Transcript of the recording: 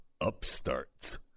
upstarts